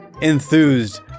enthused